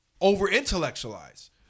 over-intellectualize